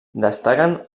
destaquen